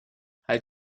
halt